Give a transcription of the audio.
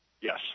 Yes